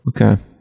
okay